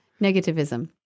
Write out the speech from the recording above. Negativism